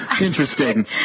Interesting